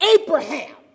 Abraham